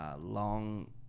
long